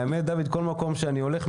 האמת היא שבכל מקום שאני הולך,